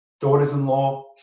daughters-in-law